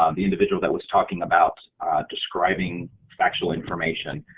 um the individual that was talking about describing factual information.